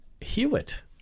Hewitt